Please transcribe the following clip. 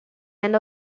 end